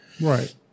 Right